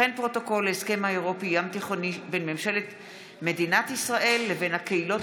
פרוטוקול להסכם האירופי-ים תיכוני בין ממשלת מדינת ישראל לבין הקהילות